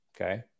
okay